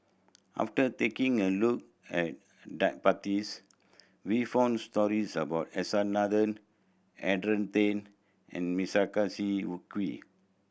after taking a look at database we found stories about S R Nathan Adrian Tan and Melissa Kwee